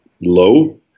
low